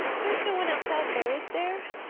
there is no one else out there, is there?